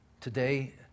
today